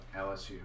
LSU